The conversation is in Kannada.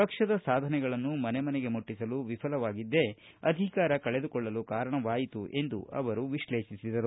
ಪಕ್ಷದ ಸಾಧನೆಗಳನ್ನು ಮನೆ ಮನೆಗೆ ಮುಟ್ಟಸಲು ವಿಫಲವಾಗಿದ್ದೇ ಅಧಿಕಾರ ಕಳೆದುಕೊಳ್ಳಲು ಕಾರಣವಾಯಿತು ಎಂದು ವಿಶ್ಲೇಷಿಸಿದರು